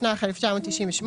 התשנ"ח 1998,